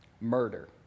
Murder